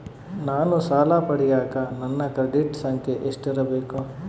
ನಾನು ಸಾಲ ಪಡಿಯಕ ನನ್ನ ಕ್ರೆಡಿಟ್ ಸಂಖ್ಯೆ ಎಷ್ಟಿರಬೇಕು?